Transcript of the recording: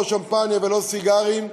לא שמפניה ולא סיגרים,